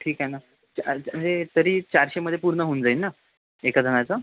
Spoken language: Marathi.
ठीक आहे ना तरी चारशेमध्ये पूर्ण होऊन जाईल ना एका जणाचं